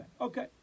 Okay